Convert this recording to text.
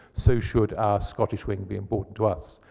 so should our scottish wing be important to us.